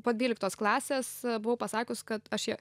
po dvyliktos klasės e buvau pasakius kad aš ją